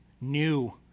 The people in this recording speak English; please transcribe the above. new